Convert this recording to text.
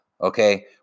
Okay